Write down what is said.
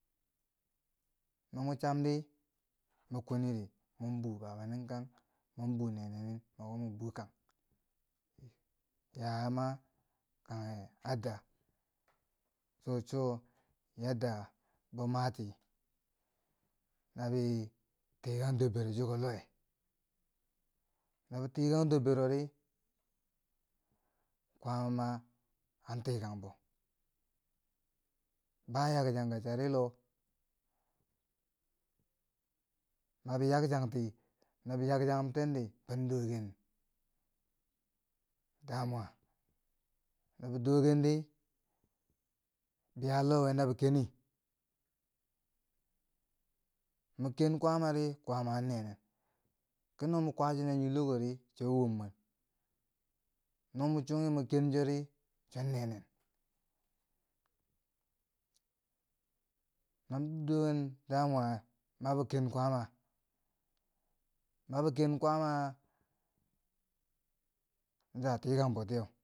No mo cham di, mo kweni ri mon b kwaama nin kang mwan bu nene nin moki mon b kang yayama kanghe adda, cho cho yadda bamati nabi tikan dor bero chikori lo we, no bitikan dorberori kwaama an tikan bo ba yakchanga chari lo, no bi yakchangti no bi yagchagum tendi ban dooken damwa no bi dokkendi ba yaa loh we na bi keni, mun ken kwama ri kwama an nenen kino mun kwa chinen yilokori chan wombwen no mun sugi mun ken chori chon nenen no bi doken damwa na bi ken kwama na a tikan bo tiyeu.